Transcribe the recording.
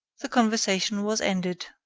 the conversation was ended.